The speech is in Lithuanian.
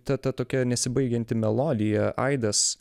ta ta tokia nesibaigianti melodija aidas